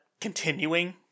continuing